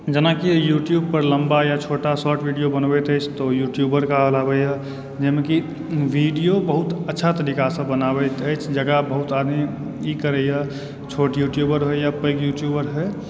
जेनाकि यूट्यूब पर लम्बा या छोटा शॉर्ट भीडियो बनबैत अछि तऽ ओ यूट्यूबर कहलाबयए जाहिमे कि भीडियो बहुत अच्छा तरीकासँ बनाबैत अछि जकरा बहुत आदमी ई करइए छोट यूट्यूबर होइए पैघ होइए